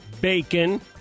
bacon